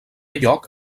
lloc